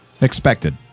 Expected